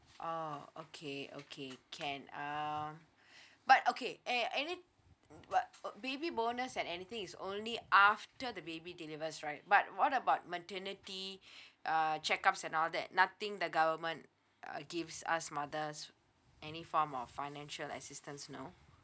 oh okay okay can um but okay and uh any but baby bonus and everything is only after the baby delivers right but what about maternity uh check ups and all that nothing the government uh gives us mothers any form of financial assistance no